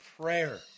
prayer